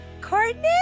Courtney